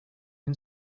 can